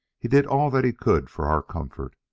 he did all that he could for our comfort.